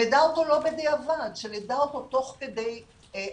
שנדע אותו לא בדיעבד, שנדע אותו תוך כדי הליכה.